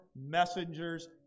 Messengers